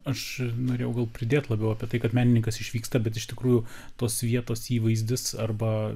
aš norėjau gal pridėt labiau apie tai kad menininkas išvyksta bet iš tikrųjų tos vietos įvaizdis arba